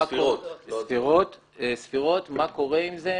מה קורה עם זה,